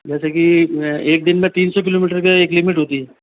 जैसे कि एक दिन में तीन सौ किलोमीटर का एक लिमिट होती हैं